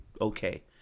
okay